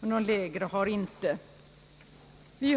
men den lägre avdelningen har inte statsbidrag.